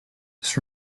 this